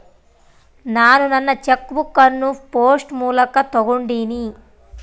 ನಾನು ನನ್ನ cheque book ಅನ್ನು ಪೋಸ್ಟ್ ಮೂಲಕ ತೊಗೊಂಡಿನಿ